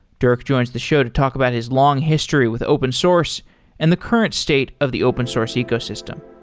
dirk joins the show to talk about his long history with open source and the current state of the open source ecosystem.